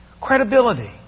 Credibility